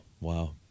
Wow